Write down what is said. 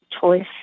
choice